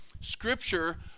Scripture